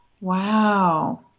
Wow